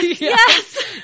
Yes